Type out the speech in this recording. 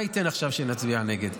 מה ייתן עכשיו שנצביע נגד?